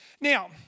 Now